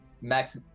Max